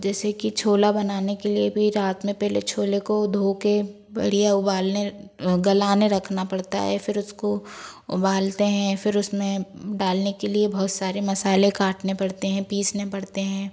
जैसे कि छोला बनाने के लिए भी रात में पहले छोले को धो के बढ़िया उबालने गलाने रखना पड़ता है फिर उसको उबालते हैं फिर उसमें डालने के लिए बहुत सारे मसाले काटने पड़ते हैं पीसने पड़ते हैं